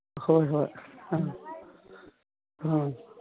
ꯍꯣꯏ ꯍꯣꯏ ꯑ ꯑ